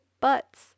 butts